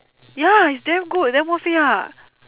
ya is damn good damn worth it ah